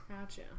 Gotcha